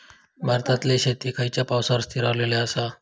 भारतातले शेती खयच्या पावसावर स्थिरावलेली आसा?